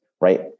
right